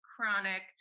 chronic